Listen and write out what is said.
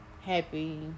happy